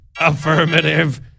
affirmative